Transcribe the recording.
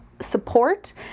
support